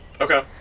Okay